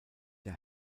der